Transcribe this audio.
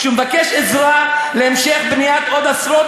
כשהוא מבקש עזרה להמשך בניית עוד עשרות